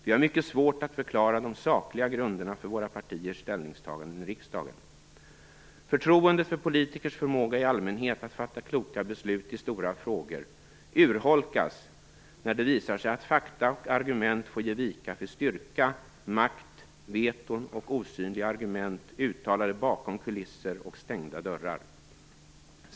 Vi har mycket svårt att förklara de sakliga grunderna för våra partiers ställningstaganden i riksdagen." "Förtroendet för politikers förmåga i allmänhet att fatta kloka beslut i stora frågor urholkas när det visar sig att fakta och argument får ge vika för styrka, makt, veton och osynliga argument uttalade bakom kulisser och stängda dörrar.